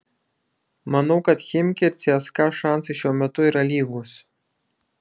manau kad chimki ir cska šansai šiuo metu yra lygūs